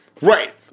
Right